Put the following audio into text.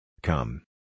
Come